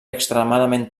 extremadament